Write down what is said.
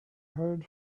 heard